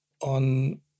On